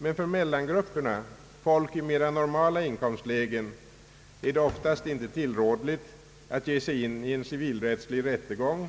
Men för mellangrupperna, folk i mera normala inkomstlägen, är det oftast inte tillrådligt att ge sig in i en civilrättslig rättegång